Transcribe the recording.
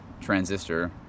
transistor